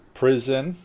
prison